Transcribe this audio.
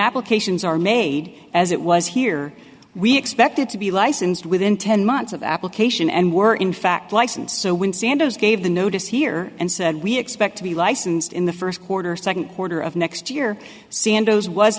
applications are made as it was here we expected to be licensed within ten months of application and were in fact licensed so when sanders gave the notice here and said we expect to be licensed in the first quarter second quarter of next year sandoz was